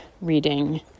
reading